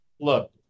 Look